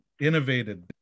innovated